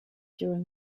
during